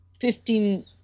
fifteen